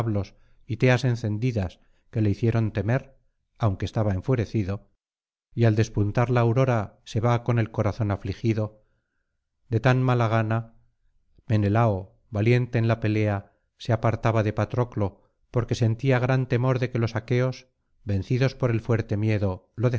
y teas encendidas que le hicieron temer aunque estaba enfierecido y al despuntar la aurora se va con el corazón afligido de tan mala gana menelao valiente en la pelea se apartaba de patroclo porque sentía gran temor de que los aqueos vencidos por el fuerte miedo